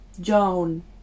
Joan